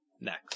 Next